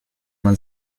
man